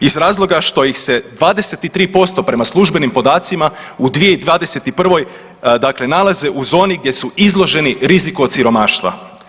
Iz razloga što ih se 23% prema službenim podacima u 2021. dakle nalaze u zoni gdje su izloženi riziku od siromaštva.